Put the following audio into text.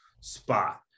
spot